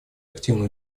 активно